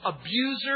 Abuser